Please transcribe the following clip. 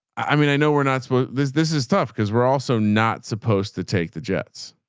i mean, i know we're not so this, this is tough because we're also not supposed to take the jets.